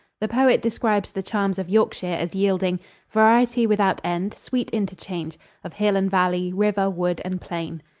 the poet describes the charms of yorkshire as yielding variety without end, sweet interchange of hill and valley, river, wood and plain.